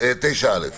כן.